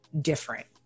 different